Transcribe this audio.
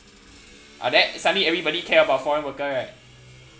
ah then suddenly everybody care about foreign worker right